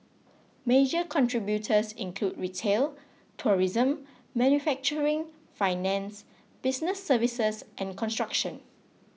major contributors include retail tourism manufacturing finance business services and construction